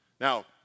Now